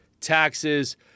taxes